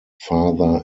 father